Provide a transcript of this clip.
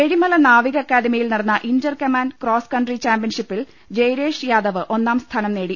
ഏഴിമല നാവിക അക്കാദമിയിൽ നടന്ന inter command cross country ചാമ്പ്യൻഷിപ്പിൽ ജയ്രേഷ് യാദവ് ഒന്നാം സ്ഥാനം നേടി